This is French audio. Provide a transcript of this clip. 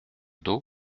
d’eau